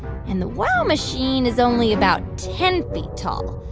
and the wow machine is only about ten feet tall.